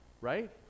Right